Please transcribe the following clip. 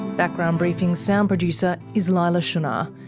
background briefing's sound producer is leila shunnar.